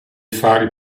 fari